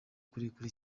kurekure